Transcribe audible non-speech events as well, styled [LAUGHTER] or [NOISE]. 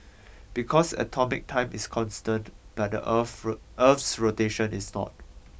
because atomic time is constant but the Earth [UNINTELLIGIBLE] Earth's rotation is not